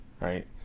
right